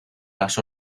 las